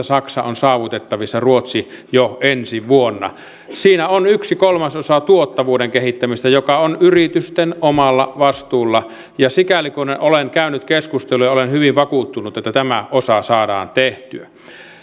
saksa on saavutettavissa vuonna kaksituhattayhdeksäntoista ruotsi jo ensi vuonna siinä on yksi kolmasosa tuottavuuden kehittämistä joka on yritysten omalla vastuulla ja sikäli kuin olen käynyt keskusteluja olen hyvin vakuuttunut että tämä osa saadaan tehtyä